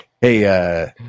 Hey